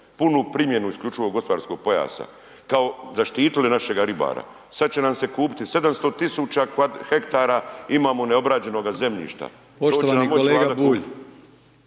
punu primjenu IGP-a, kao zaštitili našega ribara, sad će nam se kupiti 700 000 hektara imamo neobrađenoga zemljišta